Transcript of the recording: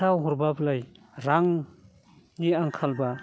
खोथा हरब्ला बोलाय रांनि आंखालब्ला